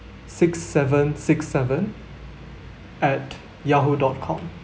six seven six seven at yahoo dot com